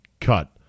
cut